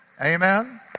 Amen